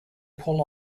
pull